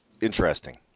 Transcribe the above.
interesting